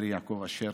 חברי יעקב אשר,